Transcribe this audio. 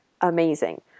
amazing